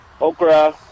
okra